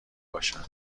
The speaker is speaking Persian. باشن